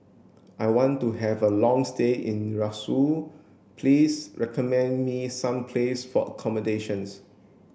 I want to have a long stay in Roseau please recommend me some places for accommodation